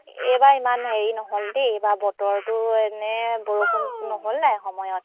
এইবাৰ ইমান হেৰি নহ'ল দেই এইবাৰ বতৰটো এনে বৰষুণ নহ'ল নাই সময়ত